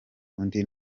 undi